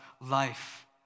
life